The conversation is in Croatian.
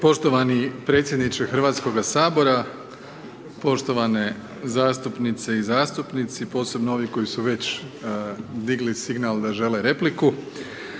Poštovani predsjedniče Hrvatskoga sabora, poštovane zastupnice i zastupnici, posebno ovi koji su već digli signal da žele repliku,